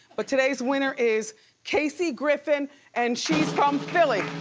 but today's winner is kacey griffin and she's from philly.